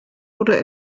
oder